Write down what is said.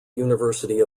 university